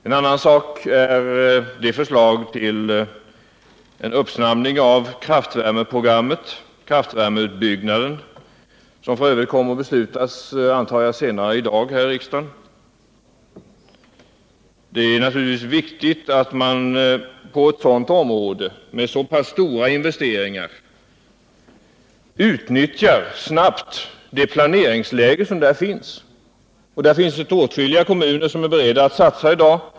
En annan sak är förslaget till en uppsnabbning av kraftvärmeutbyggnaden, som jag f. ö. antar kommer att tas beslut om här i riksdagen senare i dag. Det är naturligtvis viktigt att man på ett område med så pass stora investeringar snabbt utnyttjar det planeringsläge som finns. Åtskilliga kommuner är beredda att satsa på kraftvärme i dag.